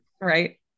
Right